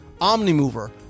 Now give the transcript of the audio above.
Omnimover